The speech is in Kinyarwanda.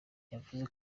yavuze